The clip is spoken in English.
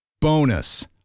Bonus